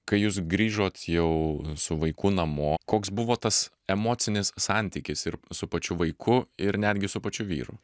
kai jūs grįžot jau su vaiku namo koks buvo tas emocinis santykis ir su pačiu vaiku ir netgi su pačiu vyru